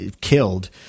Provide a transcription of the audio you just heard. killed